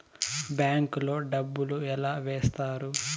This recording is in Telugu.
బ్యాంకు లో డబ్బులు ఎలా వేస్తారు